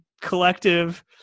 collective